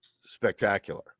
spectacular